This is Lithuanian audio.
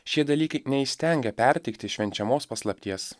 šie dalykai neįstengia perteikti švenčiamos paslapties